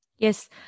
Yes